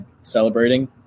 celebrating